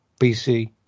BC